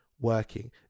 working